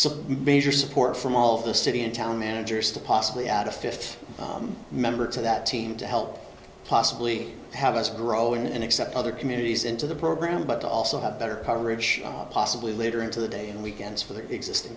some major support from all of the city and town managers to possibly add a fifth member to that team to help possibly have us grow and accept other communities into the program but also have better coverage possibly later into the day and weekends for the existing